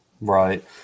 right